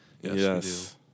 Yes